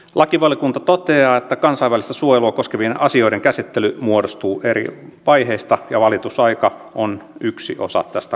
lakivaliokunta toteaa että kansainvälistä suojelua koskevien asioiden käsittely muodostuu eri vaiheista ja valitusaika on yksi osa tästä kokonaisuudesta